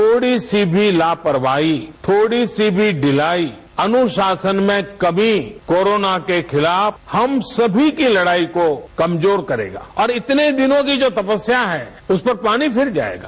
थोड़ी सी लापरवाही थोड़ी सी भी ढिलाई अनुशासन में कमी कोरोना के खिलाफ हम सभी की लड़ाई को कमजोर करेगा ओर इतने दिनों की जो तपस्या है उस पर पानी फिर जायेगा